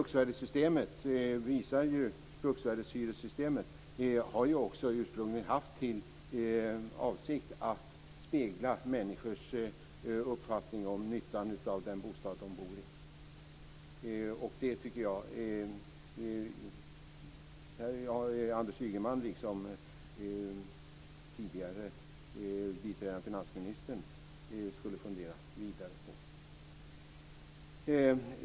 Avsikten med bruksvärdeshyressystemet var ursprungligen att spegla människors uppfattning om nyttan av den bostad de bor i. Det här borde Anders Ygeman, liksom tidigare biträdande finansministern, fundera vidare på.